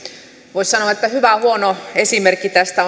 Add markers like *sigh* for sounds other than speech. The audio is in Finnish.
voisi sanoa että hyvä huono esimerkki tästä *unintelligible*